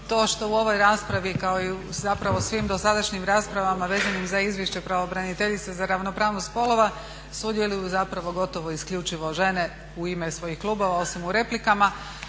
to što u ovoj raspravi kao i u zapravo svim dosadašnjim raspravama vezanim za Izvješće pravobraniteljice za ravnopravnost spolova sudjeluju zapravo gotovo isključivo žene u ime svojih klubova, osim u replikama.